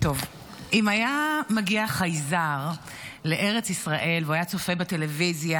אם היה מגיע חייזר לארץ ישראל והיה צופה בטלוויזיה